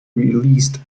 released